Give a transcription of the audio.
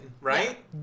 right